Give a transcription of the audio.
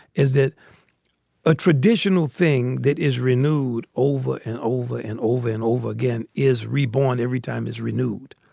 is that a traditional thing that is renewed over and over and over and over again is reborn every time is renewed.